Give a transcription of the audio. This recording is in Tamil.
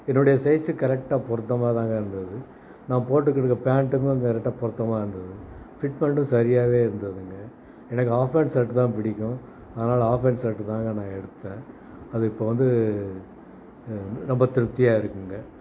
என்னுடைய சைஸுக்கு கரெக்டாக பொருத்தமாக தாங்க இருந்துது நான் போட்டுக்கிட்டுருக்கிற பேண்டுக்கும் அது கரெக்டாக பொருத்தமாக இருந்துது பிட் பேண்ட்டும் சரியாவே இருந்துதுங்க எனக்கு ஹாஃப் ஹேண்ட் ஷேர்ட் தான் பிடிக்கும் அதனால் ஆஃப் ஹேண்ட் ஷேர்ட்டு தாங்க நான் எடுத்தேன் அது இப்போ வந்து ரொம்ப திருப்தியாக இருக்குங்க